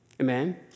Amen